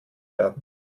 werden